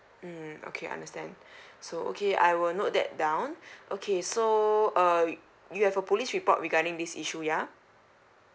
mm okay understand so okay I will note that down okay so uh you have a police report regarding this issue yeah